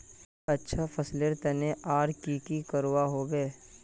अच्छा फसलेर तने आर की की करवा होबे?